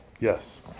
Yes